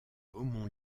beaumont